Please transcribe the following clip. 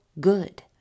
good